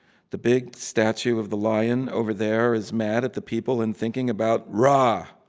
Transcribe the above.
the big statue of the lion over there is mad at the people and thinking about roar. ah